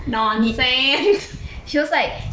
she was like